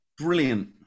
Brilliant